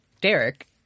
Derek